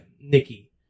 Nikki